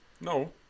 No